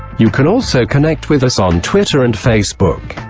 you can also connect with us on twitter and facebook.